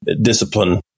discipline